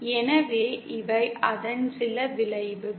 எனவே இவை அதன் சில விளைவுகள்